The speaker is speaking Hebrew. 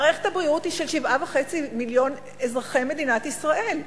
מערכת הבריאות היא של 7.5 מיליון אזרחי מדינת ישראל,